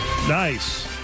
Nice